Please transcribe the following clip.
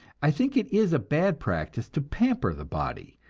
i think it is a bad practice to pamper the body,